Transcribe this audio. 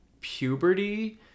puberty